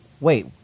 wait